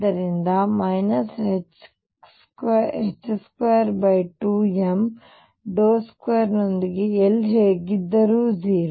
ಆದ್ದರಿಂದ 22m2 ನೊಂದಿಗೆ L ಹೇಗಿದ್ದರೂ 0